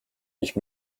ich